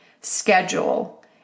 schedule